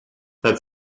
that